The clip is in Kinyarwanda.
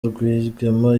rwigema